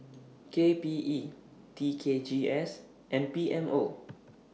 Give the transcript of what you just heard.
K P E T K G S and P M O